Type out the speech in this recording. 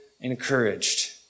encouraged